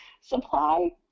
supply